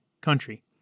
country